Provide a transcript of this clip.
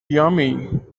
yummy